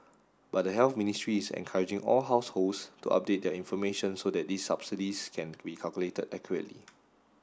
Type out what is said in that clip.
but the Health Ministry is encouraging all households to update their information so that these subsidies can be calculated accurately